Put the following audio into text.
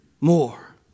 more